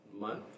Month